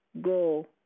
go